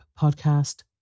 Podcast